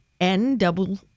N-double-